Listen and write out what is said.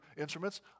instruments